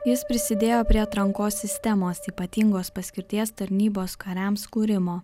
jis prisidėjo prie atrankos sistemos ypatingos paskirties tarnybos kariams kūrimo